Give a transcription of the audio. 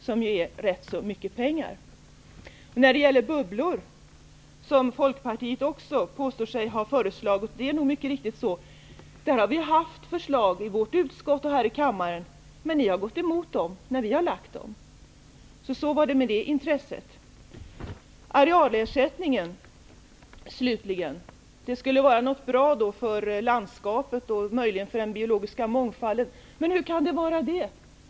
Det är ju rätt mycket pengar. Lennart Fremling påstår också att Folkpartiet har föreslagit s.k. bubblor. Det är nog mycket riktigt så. Vi har lagt fram förslag i vårt utskott och här i kammaren, men dem har Folkpartiet gått emot. Så var det med det intresset. Jag skall till sist ta upp arealersättningen. Det skulle vara något bra för landskapet och möjligen för den biologiska mångfalden. Hur det kan det vara så?